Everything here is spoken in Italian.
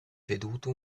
veduto